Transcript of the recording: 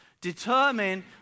Determine